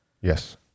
yes